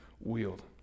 wield